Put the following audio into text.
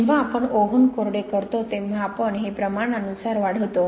जेव्हा आपण ओव्हन कोरडे करतो तेव्हा आपण हे प्रमाणानुसार वाढवतो